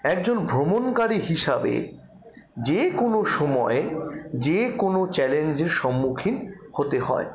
একজন ভ্রমণকারী হিসাবে যে কোনো সময় যে কোনো চ্যালেঞ্জের সম্মুখীন হতে হয়